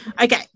Okay